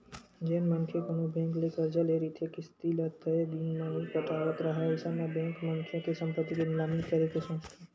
जेन मनखे कोनो बेंक ले करजा ले रहिथे किस्ती ल तय दिन म नइ पटावत राहय अइसन म बेंक मनखे के संपत्ति के निलामी करे के सोचथे